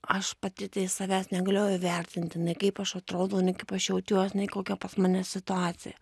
aš pati tai iš savęs negalėjau įvertinti nei kaip aš atrodau nei kaip aš jaučiuos nei kokia pas mane situacija